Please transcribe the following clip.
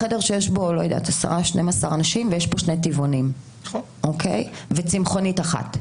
יושבים פה בחדר כ-12 אנשים ויש פה שני טבעונים וצמחונית אחת.